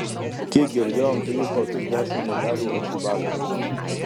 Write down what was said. kiek girdėjom tai jis kokius dešimt metelių atšybalino